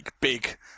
big